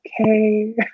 okay